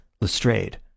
Lestrade